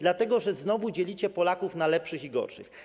Dlatego że znowu dzielicie Polaków na lepszych i gorszych.